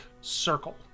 circle